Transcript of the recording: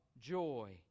joy